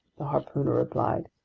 the harpooner replied.